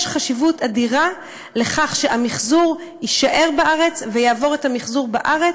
יש חשיבות אדירה לכך שהמחזור יישאר בארץ ויעבור את המחזור בארץ,